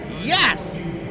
yes